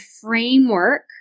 framework